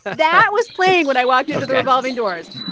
that was playing when i walked into the revolving doors